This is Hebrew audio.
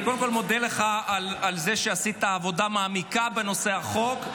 אני קודם כול מודה לך על זה שעשית עבודה מעמיקה בנושא החוק,